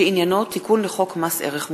שעניינו תיקון לחוק מס ערך מוסף.